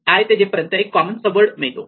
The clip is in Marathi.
i ते j पर्यंत एक कॉमन सब वर्ड मिळतो